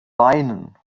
weinen